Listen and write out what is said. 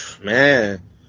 Man